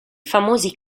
famosi